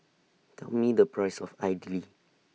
Tell Me The Price of Idly